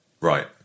right